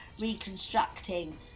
reconstructing